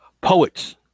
Poets